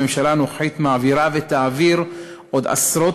הממשלה הנוכחית מעבירה ותעביר עוד עשרות